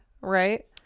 right